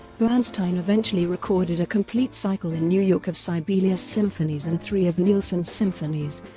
bernstein eventually recorded a complete cycle in new york of sibelius's symphonies and three of nielsen's symphonies,